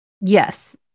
Yes